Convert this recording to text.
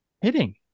Hitting